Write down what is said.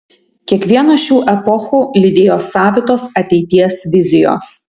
kiekvieną šių epochų lydėjo savitos ateities vizijos